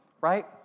right